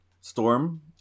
Storm